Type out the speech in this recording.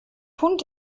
hund